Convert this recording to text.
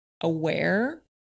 aware